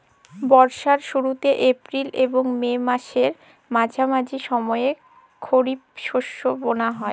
বর্ষার শুরুতে এপ্রিল এবং মে মাসের মাঝামাঝি সময়ে খরিপ শস্য বোনা হয়